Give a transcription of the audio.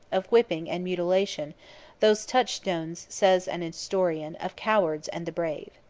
of whipping and mutilation those touchstones, says an historian, of cowards and the brave.